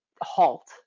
halt